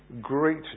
great